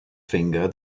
finger